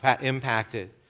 impacted